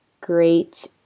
great